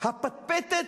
הפטפטת